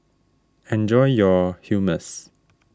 enjoy your Hummus